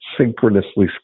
synchronously